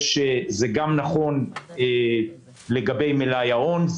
זה נכון גם לגבי מלאי ההון,